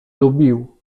lubił